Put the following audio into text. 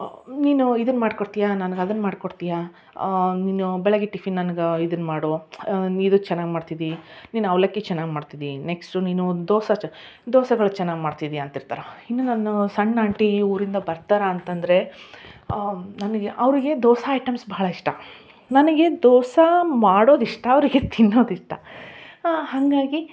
ನೀನು ಇದನ್ನ ಮಾಡ್ಕೊಡ್ತೀಯಾ ನನಗೆ ಅದನ್ನ ಮಾಡ್ಕೊಡ್ತೀಯಾ ನೀನು ಬೆಳಗ್ಗೆ ಟಿಫಿನ್ ನನ್ಗೆ ಇದನ್ನ ಮಾಡು ನೀನು ಇದು ಚೆನ್ನಾಗಿ ಮಾಡ್ತಿದ್ದಿ ನೀನು ಅವಲಕ್ಕಿ ಚೆನ್ನಾಗಿ ಮಾಡ್ತಿದ್ದಿ ನೆಕ್ಸ್ಟು ನೀನು ದೋಸೆ ಚ ದೋಸಗಳು ಚೆನ್ನಾಗಿ ಮಾಡ್ತಿದ್ದೀಯ ಅಂತಿರ್ತಾರೆ ಇನ್ನೂ ನನ್ನವು ಸಣ್ಣ ಆಂಟಿ ಊರಿಂದ ಬರ್ತಾರೆ ಅಂತ ಅಂದ್ರೆ ನನಗೆ ಅವರಿಗೆ ದೋಸೆ ಐಟಮ್ಸ್ ಬಹಳ ಇಷ್ಟ ನನಗೆ ದೋಸೆ ಮಾಡೋದು ಇಷ್ಟ ಅವರಿಗೆ ತಿನ್ನೋದು ಇಷ್ಟ ಹಾಗಾಗಿ